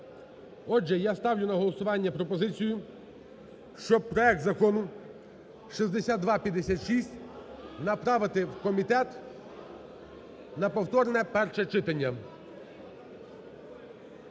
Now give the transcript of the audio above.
Отже, я ставлю на голосування пропозицію, щоб проект Закону 6256 направити в комітет на повторне перше читання.